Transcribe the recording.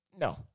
no